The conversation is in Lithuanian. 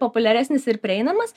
populiaresnis ir prieinamas